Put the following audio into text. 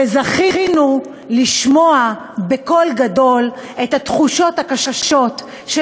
וזכינו לשמוע בקול גדול את התחושות הקשות של